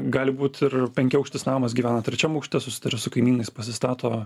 gali būt ir penkiaaukštis namas gyvena trečiam aukšte susitaria su kaimynais pasistato